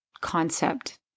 concept